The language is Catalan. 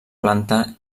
planta